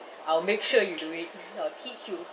I'll make sure you do it I'll teach you